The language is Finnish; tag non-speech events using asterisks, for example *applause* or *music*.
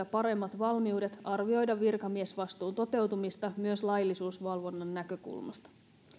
*unintelligible* paremmat valmiudet arvioida virkamiesvastuun toteutumista myös laillisuusvalvonnan näkökulmasta